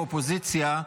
האופוזיציה,